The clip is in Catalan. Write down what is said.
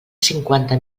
cinquanta